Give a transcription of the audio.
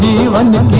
you and